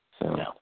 No